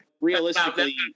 realistically